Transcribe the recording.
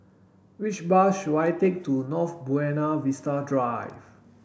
which bus should I take to North Buona Vista Drive